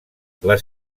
les